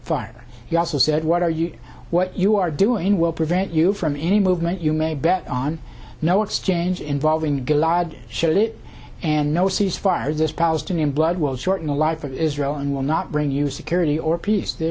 fire he also said what are you what you are doing will prevent you from any movement you may bet on no exchange involving gilad shalit and no ceasefire this palestinian blood will shorten the life of israel and will not bring you security or peace there